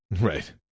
Right